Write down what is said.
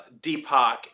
Deepak